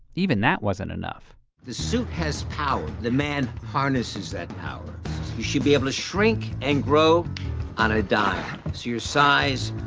even that wasn't enough the suit has power. the man harnesses that power. you should be able to shrink and grow on a dime. it's your size,